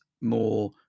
more